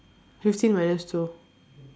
fifteen minus two